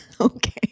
Okay